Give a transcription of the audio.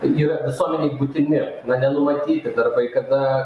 tai yra visuomenei būtini na nenumatyti darbai kada